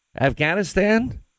Afghanistan